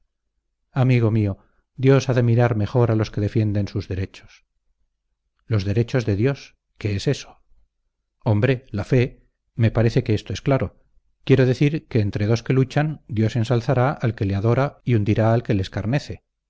amigo mío dios ha de mirar mejor a los que defienden sus derechos los derechos de dios qué es eso hombre la fe me parece que esto es claro quiero decir que entre dos que luchan dios ensalzará al que le adora y hundirá al que le